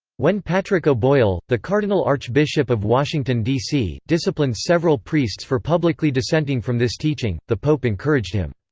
when patrick o'boyle, the cardinal archbishop of washington, dc, disciplined several priests for publicly dissenting from this teaching, the pope encouraged him.